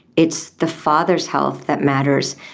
it's the father's health that matters.